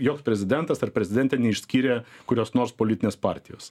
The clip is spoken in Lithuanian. joks prezidentas ar prezidentė neišskyrė kurios nors politinės partijos